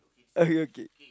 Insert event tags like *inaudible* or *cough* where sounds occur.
*noise* okay okay